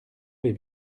vais